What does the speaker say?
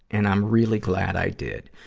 and i'm really glad i did.